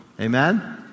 amen